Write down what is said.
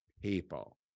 people